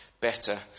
better